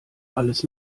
alles